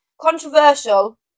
controversial